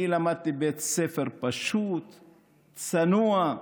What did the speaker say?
אני למדתי בבית ספר פשוט, צנוע,